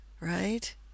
right